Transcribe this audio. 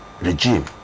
regime